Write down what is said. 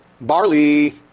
barley